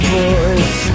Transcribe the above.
voice